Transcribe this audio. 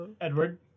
Edward